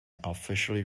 officially